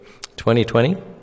2020